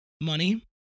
money